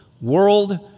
world